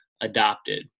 adopted